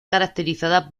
caracterizada